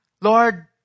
Lord